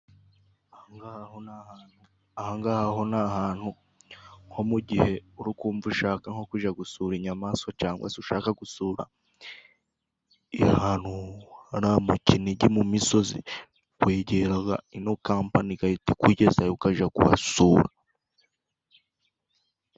Aha ng"aha ho ni ahantu nko mu gihe uri kumva ushaka nko kujya gusura inyamaswa cangwa se ushaka gusura ahantu hariya mu Kinigi mu misozi, wegeraga ino kampani igahita ikugezayo ukajya kuhasura.